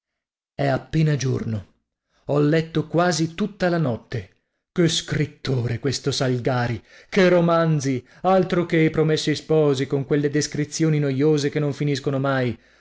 è appena giorno ho letto quasi tutta la notte che scrittore questo salgari che romanzi altro che i promessi sposi con quelle descrizioni noiose che non finiscono mai